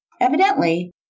Evidently